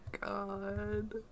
God